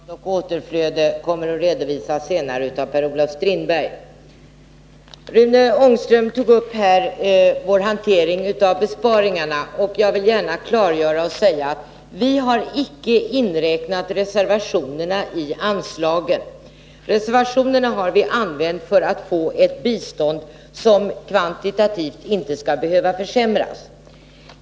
Fru talman! Våra synpunkter på avbrytande av bistånd och återflöde kommer att redovisas senare av Per-Olof Strindberg. Rune Ångström tog upp vår hantering av besparingarna. Vi har inte inräknat reservationerna i anslagen. Reservationerna har vi använt för att få ett bistånd som kvantitativt inte skall behöva försämras.